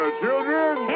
children